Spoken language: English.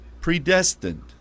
predestined